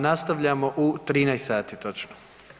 Nastavljamo u 13 sati točno.